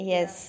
Yes